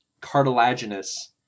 cartilaginous